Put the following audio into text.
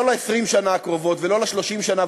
לא ל-20 שנה הקרובות ולא ל-30 שנה,